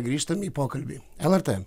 grįžtam į pokalbį lrt